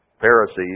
Pharisees